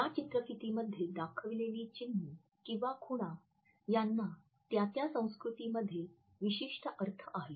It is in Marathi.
या चित्रफितीमध्ये दाखविलेली चिन्हे किंवा खुणा यांना त्या त्या संस्कृतीमध्ये विशिष्ट अर्थ आहे